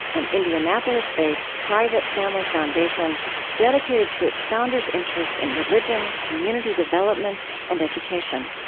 an indianapolis-based, private family foundation dedicated to its founders' interests in religion, community development, and education